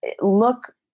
look